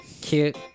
Cute